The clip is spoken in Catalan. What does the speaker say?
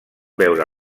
veure